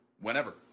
Whenever